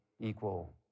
equal